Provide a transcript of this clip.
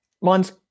mine's